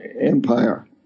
empire